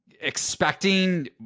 expecting